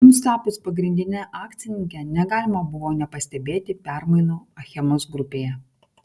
jums tapus pagrindine akcininke negalima buvo nepastebėti permainų achemos grupėje